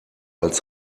als